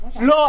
לא.